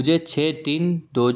रुको